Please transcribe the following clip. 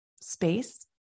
space